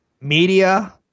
Media